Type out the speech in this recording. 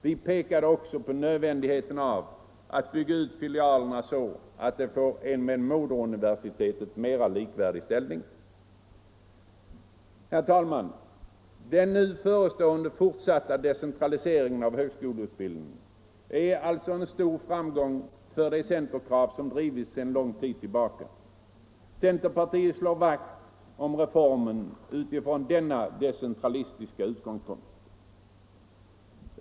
Vi pekade också på nödvändigheten av att bygga ut filialerna så att de får en med moderuniversiteten mer likvärdig ställning. Herr talman! Den nu förestående fortsatta decentraliseringen av högskoleutbildningen är alltså en stor framgång för de centerkrav som drivits sedan lång tid tillbaka. Centerpartiet slår vakt om reformen utifrån denna decentralistiska utgångspunkt.